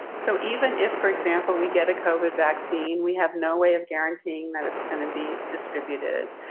so even if, for example, we get a coheed vaccine, we have no way of guaranteeing that it's going to be distributed.